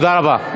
תודה רבה.